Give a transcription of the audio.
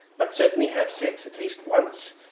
but certainly have sex at least once,